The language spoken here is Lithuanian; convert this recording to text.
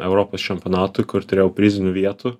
europos čempionatų kur turėjau prizinių vietų